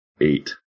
eight